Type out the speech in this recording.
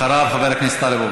אחריו, חבר הכנסת טלב אבו